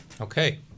Okay